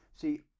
See